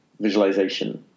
visualization